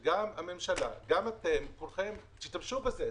שגם הממשלה וגם אתם תשתמשו בזה.